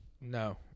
No